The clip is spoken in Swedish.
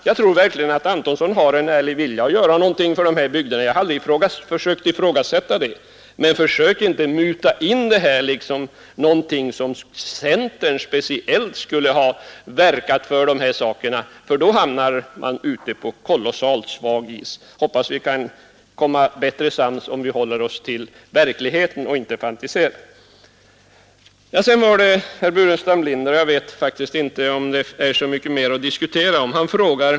Jag tror att herr Antonsson verkligen har en ärlig vilja att göra någonting för dessa bygder — jag har aldrig försökt ifrågasätta det — men försök inte att muta in dessa saker som någonting som centern speciellt skulle ha verkat för! Gör man det, kommer man ut på svag is. Jag tror att vi kommer bättre överens om vi håller oss till verkligheten och inte fantiserar. Jag vet faktiskt inte om herr Burenstam Linder och jag har så mycket mer att diskutera.